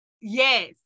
Yes